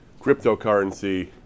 cryptocurrency